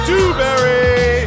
Dewberry